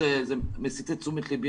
או לקבוצות שאין בידן להשיג את המוצרים האלה,